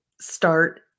start